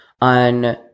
on